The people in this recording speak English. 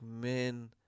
men